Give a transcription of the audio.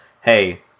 hey